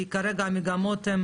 כי כרגע המגמות הן